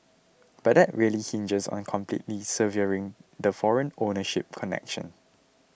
but that really hinges on completely severing the foreign ownership connection